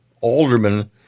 aldermen